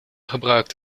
gebruikt